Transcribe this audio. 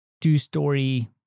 two-story